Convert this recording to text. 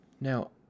Now